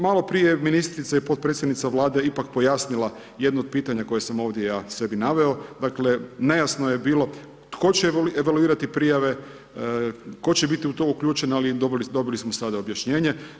Malo prije ministrica i potpredsjednica Vlade je ipak pojasnila jedno od pitanja koje sam ovdje ja sebi naveo, dakle nejasno je bilo tko će evaluirati prijave tko će biti u to uključen ali dobili smo sada objašnjenje.